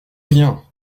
rien